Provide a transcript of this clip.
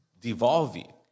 devolving